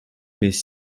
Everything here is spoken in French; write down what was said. mais